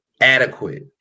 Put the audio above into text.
adequate